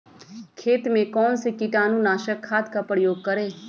खेत में कौन से कीटाणु नाशक खाद का प्रयोग करें?